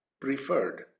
preferred